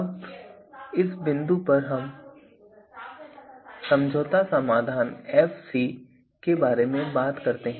अब इस बिंदु पर हम समझौता समाधान Fc के बारे में भी बात करते हैं